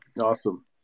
Awesome